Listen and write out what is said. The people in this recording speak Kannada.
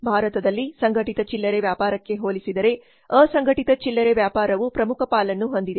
ಭಾರತದಲ್ಲಿ ಸಂಘಟಿತ ಚಿಲ್ಲರೆ ವ್ಯಾಪಾರಕ್ಕೆ ಹೋಲಿಸಿದರೆ ಅಸಂಘಟಿತ ಚಿಲ್ಲರೆ ವ್ಯಾಪಾರವು ಪ್ರಮುಖ ಪಾಲನ್ನು ಹೊಂದಿದೆ